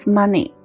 money